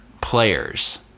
players